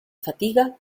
fatiga